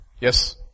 Yes